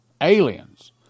aliens